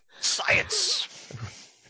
Science